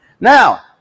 now